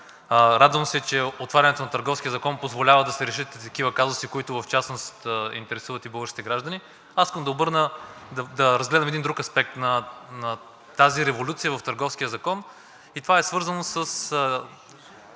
Радвам се, че отварянето на Търговския закон позволява да се решат и такива казуси, които в частност интересуват и българските граждани. Аз искам да разгледам един друг аспект на тази революция в Търговския закон и това е свързано с